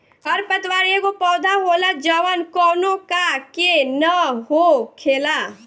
खर पतवार एगो पौधा होला जवन कौनो का के न हो खेला